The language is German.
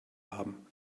haben